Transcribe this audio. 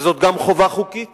וזאת גם חובה חוקית